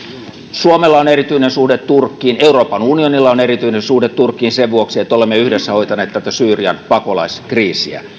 suomella on erityinen suhde turkkiin euroopan unionilla on erityinen suhde turkkiin sen vuoksi että olemme yhdessä hoitaneet tätä syyrian pakolaiskriisiä